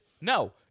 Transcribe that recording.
No